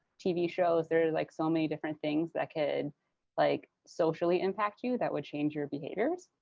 tv shows. there are like so many different things that could like socially impact you that would change your behaviors.